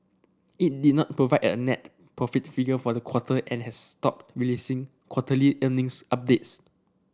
it did not provide a net profit figure for the quarter and has stopped releasing quarterly earnings updates